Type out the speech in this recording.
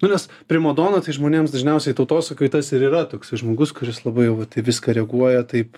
nu nes primadona tai žmonėms dažniausiai tautosakoj tas ir yra toksai žmogus kuris labai jau vat į viską reaguoja taip